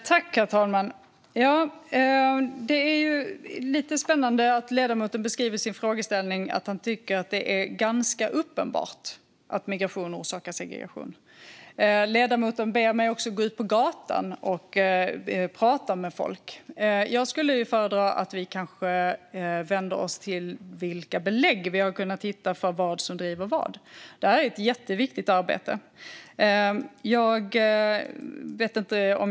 Herr talman! Det är spännande att ledamoten i sitt inlägg säger att han tycker att det är ganska uppenbart att migration orsakar segregation. Ledamoten ber mig också gå ut på gatan och prata med folk. Jag skulle föredra att vi vänder oss till vilka belägg vi har kunnat hitta för vad som driver vad. Det är ett jätteviktigt arbete.